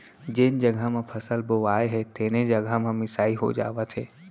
जेन जघा म फसल बोवाए हे तेने जघा म मिसाई हो जावत हे